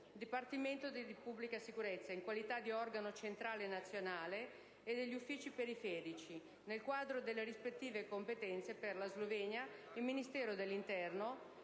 Dipartimento della pubblica sicurezza, in qualità di organo centrale nazionale, e gli uffici periferici, nel quadro delle rispettive competenze; per la Slovenia, il Ministero dell'interno,